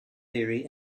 theory